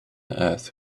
earth